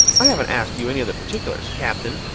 i haven't asked you any of the particulars, captain,